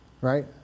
right